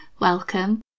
welcome